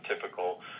typical